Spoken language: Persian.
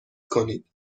کنید